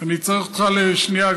אני צריך אותך לשנייה,